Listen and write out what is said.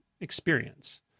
experience